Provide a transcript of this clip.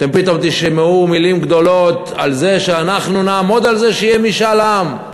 אתם פתאום תשמעו מילים גדולות על זה שאנחנו נעמוד על זה שיהיה משאל עם.